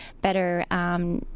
better